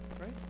right